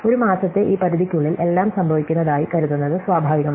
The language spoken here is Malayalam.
ഒരു മാസത്തെ ഈ പരിധിക്കുള്ളിൽ എല്ലാം സംഭവിക്കുന്നതായി കരുതുന്നത് സ്വാഭാവികമാണ്